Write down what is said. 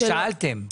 שאלתם.